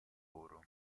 lavoro